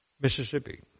Mississippi